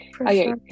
Okay